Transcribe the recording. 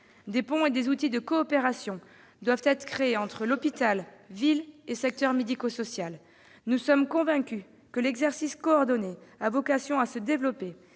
Des ponts et des outils de coopération doivent être créés entre hôpital, ville et secteur médico-social. Nous sommes convaincus que l'exercice coordonné a vocation à se développer,